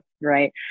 Right